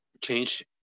change